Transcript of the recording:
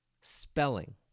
spelling